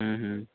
ହୁଁ ହୁଁ